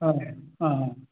हा हा